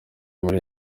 muri